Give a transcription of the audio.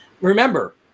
Remember